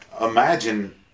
imagine